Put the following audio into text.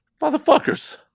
motherfuckers